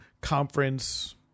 Conference